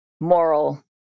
Moral